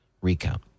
recount